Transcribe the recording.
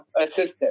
assistance